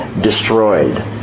destroyed